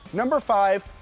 number five,